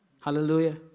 Hallelujah